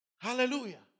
Hallelujah